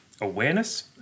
awareness